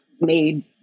made